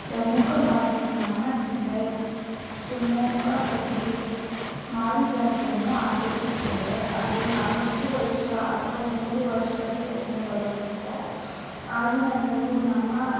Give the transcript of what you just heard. ಪ್ರಮುಖವಾಗಿ ನಮ್ಮ ಜಿಲ್ಲೆ ಸ್ ಶಿವಮೊಗ್ಗಾದಲ್ಲಿ ಮಾರಿಜಾತ್ರೆಯನ್ನು ಆಚರಿಸುತ್ತೇವೆ ಅದು ನಾಲ್ಕು ವರ್ಷ ಅಥವಾ ಮೂರು ವರ್ಷಕ್ಕೆ ಒಮ್ಮೆ ಬರುತ್ತದೆ ಆ ದಿನದಂದು ನಮ್ಮ